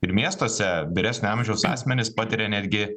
ir miestuose vyresnio amžiaus asmenys patiria netgi